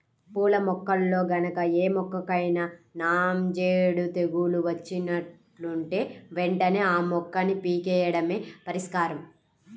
పూల మొక్కల్లో గనక ఏ మొక్కకైనా నాంజేడు తెగులు వచ్చినట్లుంటే వెంటనే ఆ మొక్కని పీకెయ్యడమే పరిష్కారం